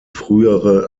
frühere